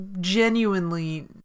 genuinely